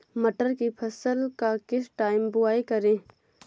मटर की फसल का किस टाइम बुवाई करें?